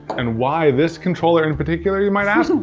and why this controller in particular, you might ask?